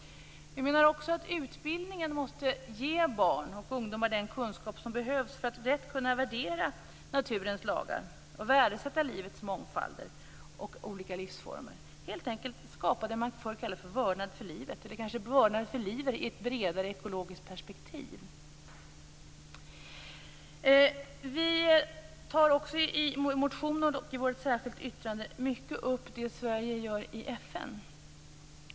Vi menar också att utbildningen måste ge barn och ungdomar den kunskap som behövs för att rätt kunna värdera naturens lagar och värdesätta livets mångfald och olika livsformer. Det gäller helt enkelt att skapa det man förr kallade för vördnad för livet i ett bredare ekologiskt perspektiv. Vi tar också i motionen och i vårt särskilda yttrande mycket upp det Sverige gör i FN.